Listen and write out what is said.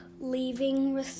leaving